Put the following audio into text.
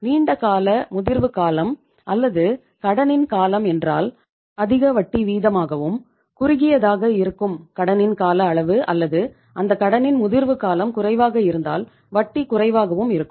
நீண்ட கால முதிர்வு காலம் அல்லது கடனின் காலம் என்றால் அதிக வட்டி வீதமாகவும் குறுகியதாக இருக்கும் கடனின் கால அளவு அல்லது அந்தக் கடனின் முதிர்வு காலம் குறைவாக இருந்தால் வட்டி குறைவாகவும் இருக்கும்